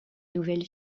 nouvelle